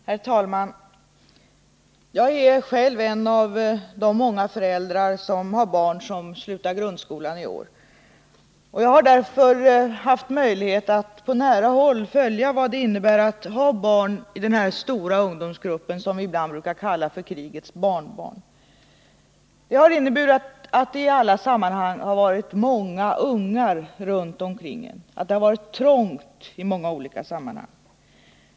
Herr talman! Jag är själv en av de många föräldrar som har barn som slutar grundskolan i år. Jag har därför haft möjlighet att på nära håll följa vad det innebär att ha barn i den stora ungdomsgrupp som vi ibland kallar krigets barnbarn. Det har inneburit att det i alla sammanhang har varit många ungar omkring en.